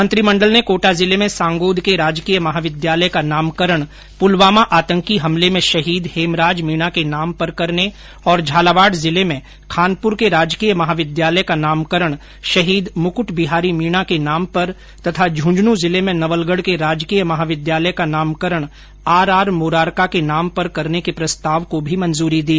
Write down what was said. मंत्रिमंडल ने कोटा जिले में सांगोद के राजकीय महाविद्यालय का नामकरण पुलवामा आतंकी हमले में शहीद हेमराज मीणा के नाम पर करने और झालावाड जिले में खानपुर के राजकीय महाविद्यालय का नामकरण शहीद मुकूट बिहारी मीणा के नाम पर तथा झुंझुनू जिले में नवलगढ के राजकीय महाविद्यालय का नामकरण आर आर मोरारका के नाम पर करने के प्रस्ताव को भी मंजूरी दी